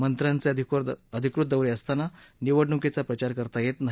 मंत्र्याचे अधिकृत दौरे असताना निवडणुकीचा प्रचार करता येत नाही